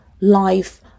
life